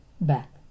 back